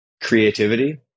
creativity